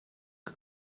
que